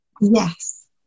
Yes